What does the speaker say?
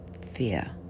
fear